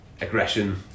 aggression